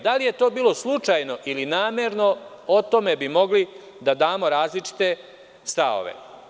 Da li je to bilo slučajno ili namerno, o tome bi mogli da damo različite stavove.